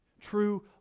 true